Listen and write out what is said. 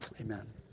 Amen